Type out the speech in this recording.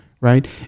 right